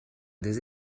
des